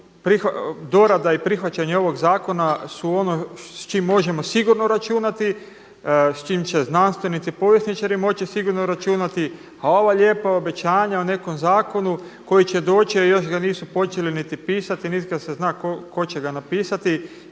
On, dorada i prihvaćanje ovog zakona su ono s čim možemo sigurno računati, s čim će znanstvenici, povjesničari moći sigurno računati. A ova lijepa obećanja o nekom zakonu koji će doći, jer još ga nisu počeli niti pisati, niti se zna tko će ga napisati.